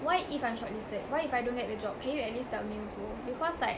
why if I'm shortlisted what if I don't get the job can you at least tell me also because like